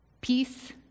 peace